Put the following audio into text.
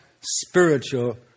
spiritual